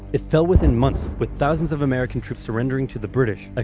it fell within months, with thousands of american troops surrendering to the british, ah